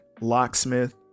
Locksmith